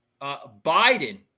Biden –